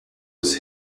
was